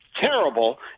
terrible